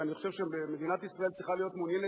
ואני חושב שמדינת ישראל צריכה להיות מעוניינת,